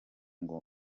ngo